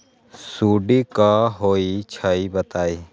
सुडी क होई छई बताई?